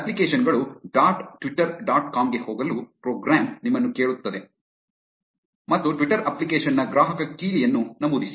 application ಗಳು dot Twitter dot com ಗೆ ಹೋಗಲು ಪ್ರೋಗ್ರಾಂ ನಿಮ್ಮನ್ನು ಕೇಳುತ್ತದೆ ಮತ್ತು ಟ್ವಿಟರ್ ಅಪ್ಲಿಕೇಶನ್ ನ ಗ್ರಾಹಕ ಕೀಲಿಯನ್ನು ನಮೂದಿಸಿ